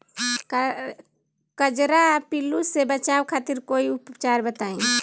कजरा पिल्लू से बचाव खातिर कोई उपचार बताई?